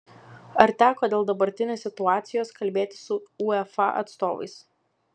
ar teko dėl dabartinės situacijos kalbėtis su uefa atstovais